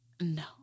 no